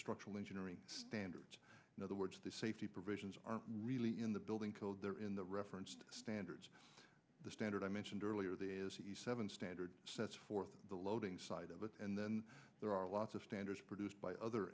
structural engineering standards in other words the safety provisions are really in the building code there in the referenced standards the standard i mentioned earlier the as the seven standards sets forth the loading side of it and then there are lots of standards produced by other